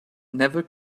never